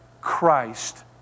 Christ